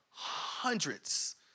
hundreds